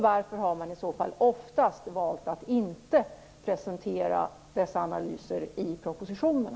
Varför har man i så fall oftast valt att inte presentera dessa analyser i propositionen?